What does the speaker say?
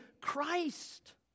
Christ